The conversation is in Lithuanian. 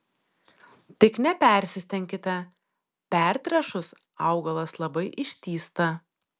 tik nepersistenkite pertręšus augalas labai ištįsta